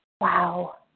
Wow